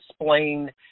explain